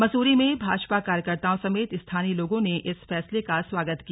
मसूरी में भाजपा कार्यकर्ताओं समेत स्थानीय लोगों ने इस फैसले का स्वागत किया